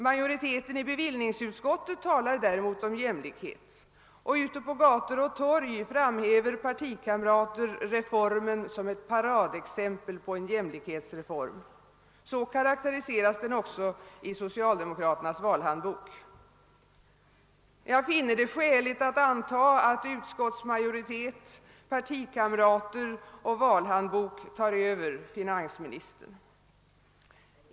Majoriteten i bevillningsutskottet talar däremot om jämlikhet, och ute på gator och torg framhäver partikamrater reformen som ett paradexempel på en jämlikhetsreform; så karakteriseras den också i socialdemokraternas valhandbok. Jag finner det skäligt att anta att utskottsmajoritet, partikamrater och valhandbok tar över finansministern.